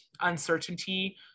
uncertainty